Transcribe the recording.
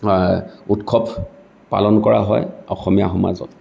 উৎসৱ পালন কৰা হয় অসমীয়া সমাজত